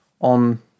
on